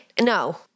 No